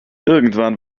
irgendwann